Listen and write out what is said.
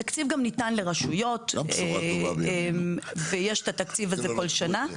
התקציב גם ניתן לרשויות ויש את התקציב הזה כל שנה.